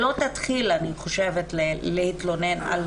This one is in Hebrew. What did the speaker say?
אני חושבת שהיא לא תתחיל להתלונן על פיטורים.